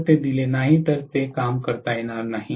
जर ते दिले नाही तर ते काम करता येणार नाही